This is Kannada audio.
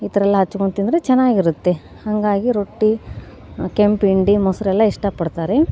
ಈ ಥರ ಎಲ್ಲ ಹಚ್ಕೊಂಡು ತಿಂದರೆ ಚೆನ್ನಾಗಿರುತ್ತೆ ಹಾಗಾಗಿ ರೊಟ್ಟಿ ಕೆಂಪು ಇಂಡಿ ಮೊಸ್ರು ಎಲ್ಲ ಇಷ್ಟಪಡ್ತಾರೆ